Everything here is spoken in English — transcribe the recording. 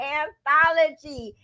anthology